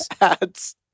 ads